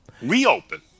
reopen